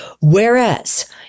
Whereas